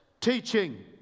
teaching